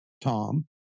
Tom